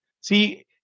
See